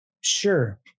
sure